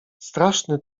straszny